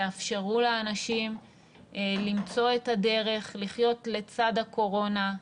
תאפשרו לאנשים למצוא את הדרך לחיות לצד הקורונה,